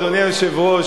אדוני היושב-ראש,